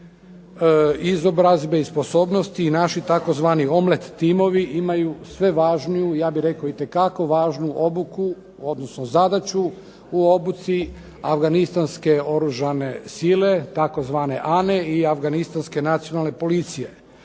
izobrazbe i sposobnosti i naši tzv. omlet timovi imaju sve važniju ja bih rekao itekako važnu obuku odnosno zadaću u obuci Afganistanske oružane sile tzv. ANA-e Afganistanske nacionalne policije.